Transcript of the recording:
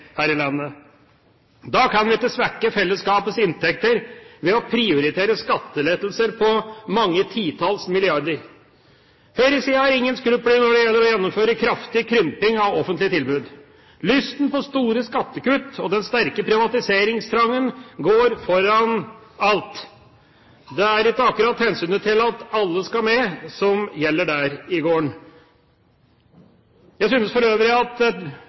her i landet. Da kan vi ikke svekke fellesskapets inntekter ved å prioritere skattelettelser på mange titalls milliarder. Høyresiden har ingen skrupler når det gjelder å gjennomføre kraftig krymping av offentlige tilbud. Lysten på store skattekutt og den sterke privatiseringstrangen går foran alt. Det er ikke akkurat hensynet til at alle skal med, som gjelder der i gården. Jeg synes for øvrig at